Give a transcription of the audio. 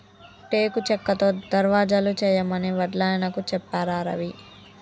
టేకు చెక్కతో దర్వాజలు చేయమని వడ్లాయనకు చెప్పారా రవి